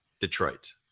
Detroit